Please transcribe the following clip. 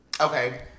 Okay